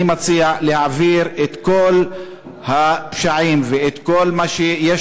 אני מציע להעביר את כל הפשעים ואת כל מה שיש